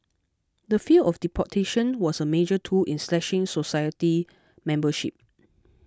the fear of deportation was a major tool in slashing society membership